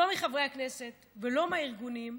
לא מחברי הכנסת ולא מהארגונים,